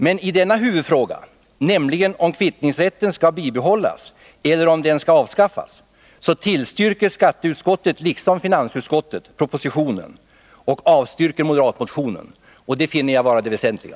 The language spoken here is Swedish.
Men i denna huvudfråga — nämligen om kvittningsrätten skall bibehållas eller om den skall avskaffas — tillstyrker skatteutskottet liksom finansutskottet propositionen och avstyrker moderatmotionen, och det finner jag vara det väsentliga.